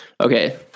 Okay